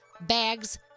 bags